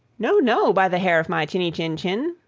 no, no, by the hair of my chinny chin chin.